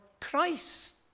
Christ